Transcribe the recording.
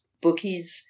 Bookies